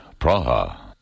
Praha